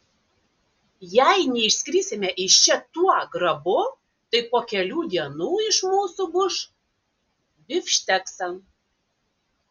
jei neišskrisime iš čia tuo grabu tai po kelių dienų iš mūsų muš bifšteksą